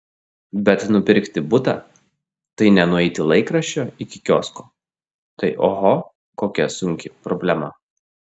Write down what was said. bet nupirkti butą tai ne nueiti laikraščio iki kiosko tai oho kokia sunki problema